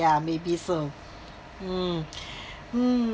ya maybe so mm mm